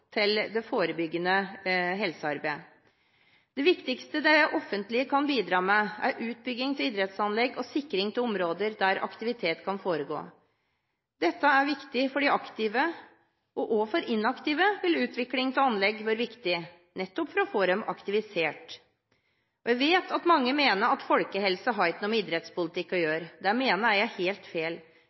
det forebyggende helsearbeidet. Det viktigste det offentlige kan bidra med, er utbygging av idrettsanlegg og sikring av områder der aktivitet kan foregå. Dette er viktig for de aktive, og også for inaktive vil utvikling av anlegg være viktig, nettopp for å få dem aktivisert. Jeg vet at mange mener at folkehelse ikke har noe med idrettspolitikk å gjøre. Det mener jeg er helt feil.